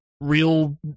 real